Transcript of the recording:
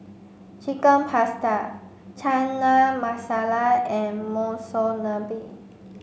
chicken Pasta Chana Masala and Monsunabe